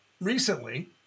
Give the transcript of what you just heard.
Recently